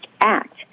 act